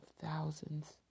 thousands